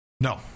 No